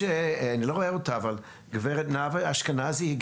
אדון נווה אשכנזי,